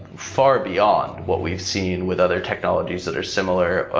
far beyond what we've seen with other technologies that are similar, ah